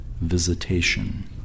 visitation